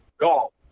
golf